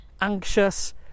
anxious